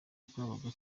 twabaga